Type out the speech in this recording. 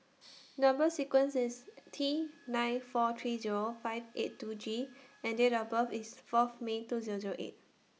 Number sequence IS T nine four three Zero five eight two G and Date of birth IS Fourth May two Zero Zero eight